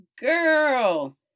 girl